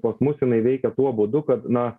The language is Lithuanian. pas mus jinai veikia tuo būdu kad na